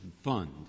fund